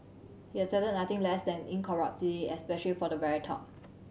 he accepted nothing less than incorruptibility especially for the very top